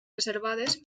reservades